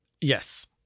Yes